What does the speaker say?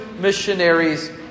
missionaries